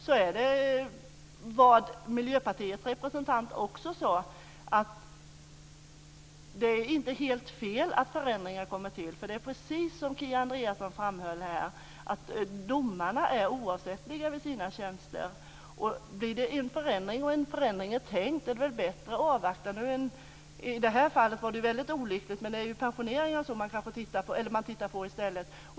Det är som Miljöpartiets representant sade, att det inte är fel med förändringar. Det är precis som Kia Andreasson framhöll, att domarna är oavsättliga. Är det en förändring på gång är det väl bättre att avvakta. Det fall som Siw Persson tog upp var ju väldigt olyckligt, men man får kanske titta på pensioneringar i stället.